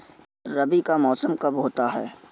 रबी का मौसम कब होता हैं?